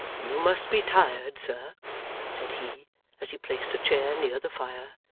you must be tired, sir said he as he placed a chair near the fire,